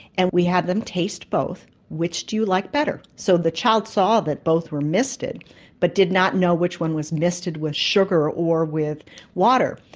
and we had them taste both which do you like better? so the child saw that both were misted but did not know which one was misted with sugar or with water.